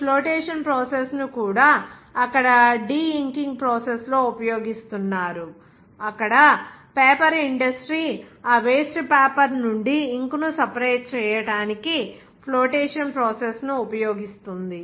ఈ flotation process ను కూడా అక్కడ డి ఇంకింగ్ ప్రాసెస్ లో ఉపయోగిస్తున్నారు అక్కడ పేపర్ ఇండస్ట్రీ ఆ వేస్ట్ పేపర్ నుండి ఇంకు ను సెపరేట్ చేయడానికి ఫ్లోటేషన్ ప్రాసెస్ ను ఉపయోగిస్తుంది